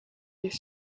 les